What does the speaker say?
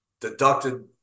deducted